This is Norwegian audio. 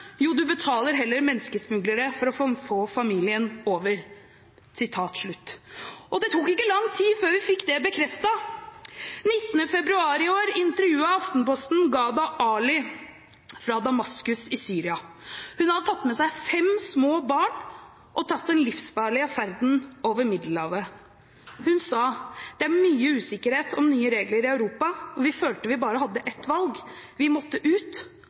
Jo, du betaler heller menneskesmuglere for å få familien over.» Og det tok ikke lang tid før vi fikk det bekreftet. 19. februar i år intervjuet Aftenposten Gada Ali, fra Damaskus i Syria. Hun hadde tatt med seg fem små barn på den livsfarlige ferden over Middelhavet. Hun sa at det er «mye usikkerhet om nye regler i Europa og vi følte vi bare hadde ett valg. Vi måtte ut.